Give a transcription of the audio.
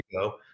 go